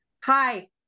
Hi